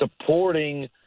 supporting